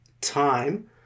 time